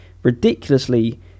ridiculously